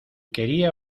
quería